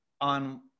on